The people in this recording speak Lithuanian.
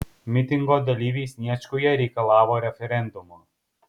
mitingo dalyviai sniečkuje reikalavo referendumo